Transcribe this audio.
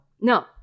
No